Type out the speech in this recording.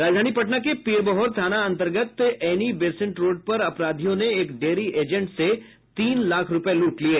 राजधानी पटना के पीरबहोर थाना अंतर्गत एनी बसेंट रोड पर अपराधियों ने एक डेयरी एजेंट से तीन लाख रूपये लूट लिये